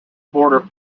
border